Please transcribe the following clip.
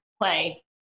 play